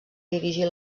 dirigir